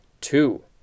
Two